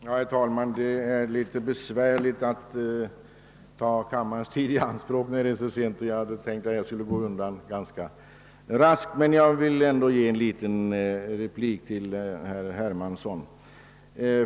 Herr talman! Det känns litet besvärande att ta kammarens tid i anspråk så sent på kvällen, och jag hade tänkt att behandlingen av det här ärendet skulle gå raskt undan. Men jag vill ändå ge en liten replik till herr Hermansson.